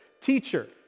teacher